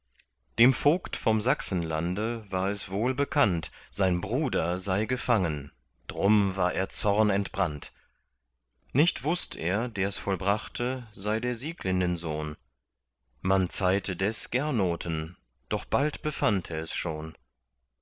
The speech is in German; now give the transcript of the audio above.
dem vogt vom sachsenlande war es wohlbekannt sein bruder sei gefangen drum war er zornentbrannt nicht wußt er ders vollbrachte sei der sieglindensohn man zeihte des gernoten doch bald befand er es schon